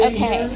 Okay